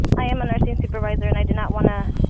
and i am a nursing supervisor, and i do not want to,